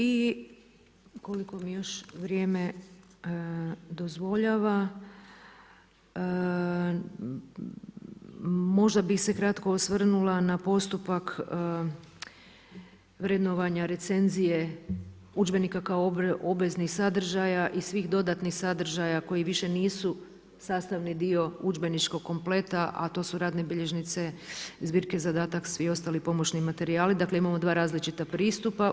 I koliko mi još vrijeme dozvoljava, možda bih se kratko osvrnula na postupak vrednovanja recenzije udžbenika kao obveznih sadržaja i svih dodatnih sadržaja koji više nisu sastavni dio udžbeničkog kompleta, a to su radne bilježnice, zbirke zadataka, svi ostali pomoćni materijali, dakle imamo 2 različita pristupa.